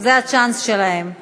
חברת הכנסת מרב מיכאלי.